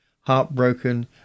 heartbroken